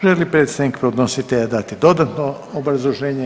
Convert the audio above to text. Želi li predstavnik podnositelja dati dodatno obrazloženje?